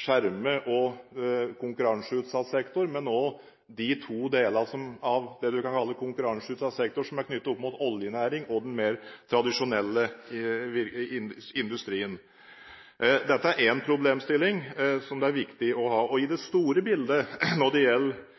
skjermet og konkurranseutsatt sektor, men også på de to delene av det man kan kalle konkurranseutsatt sektor, som er knyttet opp mot oljenæring og den mer tradisjonelle industrien. Dette er én problemstilling, som det er viktig å ha med seg. I det store bildet når det gjelder